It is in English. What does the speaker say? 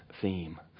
theme